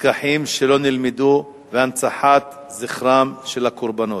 לקחים שלא נלמדו והנצחת זכרם של הקורבנות,